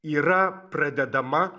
yra pradedama